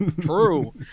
True